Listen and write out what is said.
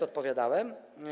Odpowiadałem.